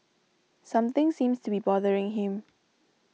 something seems to be bothering him